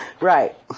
Right